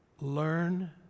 Learn